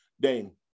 dane